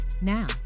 now